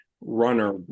runner